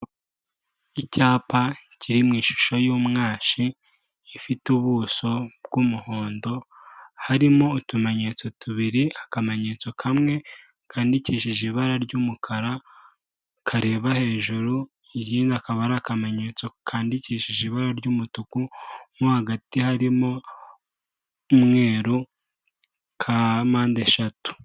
Icyapa kiri mu ishusho y'umwashi, ifite ubuso bw'umuhondo, harimo utumenyetso tubiri, akamenyetso kamwe kandikishije ibara ry'umukara, kareba hejuru, iyindi kaba ari akamenyetso kandidikishije ibara ry'umutuku mo hagati harimo umweru, ka mpandeshatu.